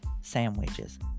sandwiches